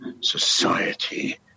society